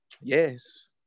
yes